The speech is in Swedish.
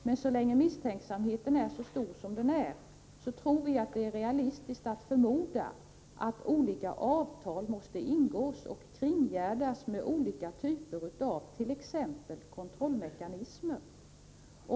Men så länge misstänksamheten är så stor som den är tror vi att det är realistiskt att förmoda att olika avtal måste ingås och kringgärdas med t.ex. olika typer av kontrollmekanismer.